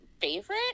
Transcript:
favorite